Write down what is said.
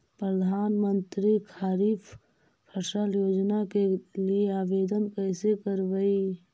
प्रधानमंत्री खारिफ फ़सल योजना के लिए आवेदन कैसे करबइ?